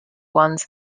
ones